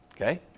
Okay